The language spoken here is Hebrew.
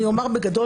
אני אומר בגדול,